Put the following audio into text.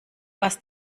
was